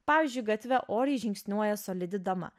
pavyzdžiui gatve oriai žingsniuoja solidi dama